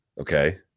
okay